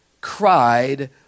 cried